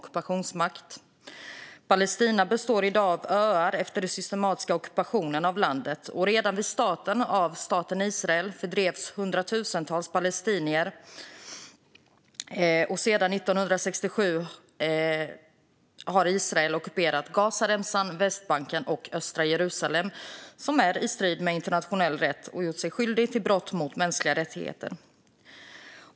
Palestina består i dag av öar efter den systematiska ockupationen av landet. Redan vid starten av staten Israel fördrevs hundratusentals palestinier, och sedan 1967 har Israel ockuperat Gazaremsan, Västbanken och östra Jerusalem i strid med internationell rätt och gjort sig skyldigt till brott mot mänskliga rättigheter.